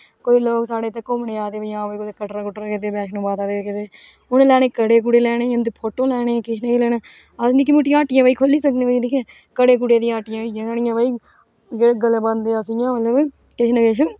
कोई लोक साढ़े इत्थै घूमने गी आए दे हून उन्हे कडे़ लेने जां फोटो लेने किश ना किश लेना अस निक्की मुटिट्या हट्टियां बी खोह्ली सकने कडे़ कुडे़ दियां हट्टियां होई गेइयां साढ़ियां जेहडे़ गल च पांदे इयां किश ना किश